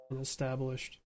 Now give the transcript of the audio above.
Established